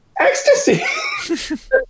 Ecstasy